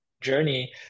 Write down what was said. journey